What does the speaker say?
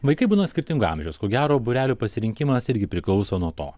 vaikai būna skirtingo amžiaus ko gero būrelių pasirinkimas irgi priklauso nuo to